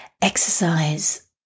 Exercise